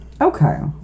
okay